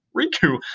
Riku